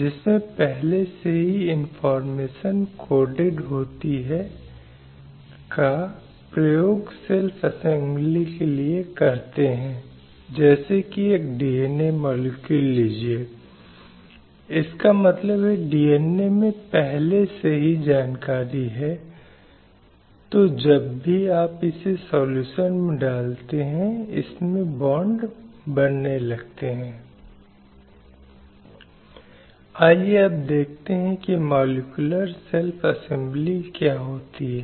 उस संबंध में हम उन प्रयासों को देखने की कोशिश करते हैं जो संयुक्त राष्ट्र द्वारा राष्ट्र राज्यों के सहयोग से उठाए गए हैं और महिलाओं के अधिकारों को बढ़ावा देने के लिए उन्होंने जो विभिन्न प्रयास किए गए हैं वे देखते हैं की जीवन के सभी क्षेत्रों में महिलाओं की समानता और स्वतंत्रता सुनिश्चित करने के लिए राज्य पार्टियों द्वारा आवश्यक कदम उठाए गए हैं